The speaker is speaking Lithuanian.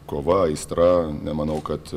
kova aistra nemanau kad